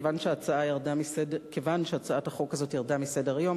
מכיוון שהצעת החוק הזאת ירדה מסדר-היום,